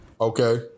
Okay